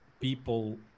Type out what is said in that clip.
people